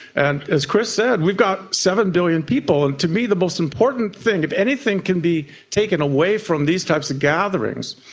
and as chris said, we've got seven billion people and to me the most important thing, if anything can be taken away from these types of gatherings,